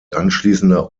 anschließender